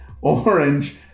Orange